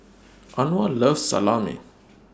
Anwar loves Salami